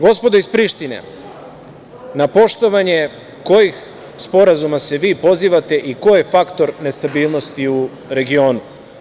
Gospodo iz Prištine, na poštovanje kojih sporazuma se vi pozivate i ko je faktor nestabilnosti u regionu?